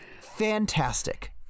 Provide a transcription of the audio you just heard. fantastic